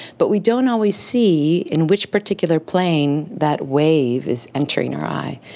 but we don't always see in which particular plane that wave is entering our eye,